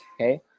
okay